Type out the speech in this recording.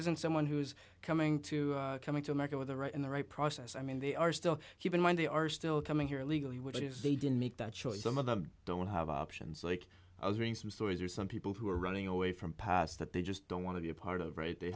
isn't someone who's coming to coming to america with the right in the right process i mean they are still keep in mind they are still coming here illegally which if they didn't make that choice some of them don't have options like i was doing some stories or some people who are running away from past that they just don't want to be a part of right they